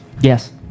Yes